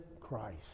Christ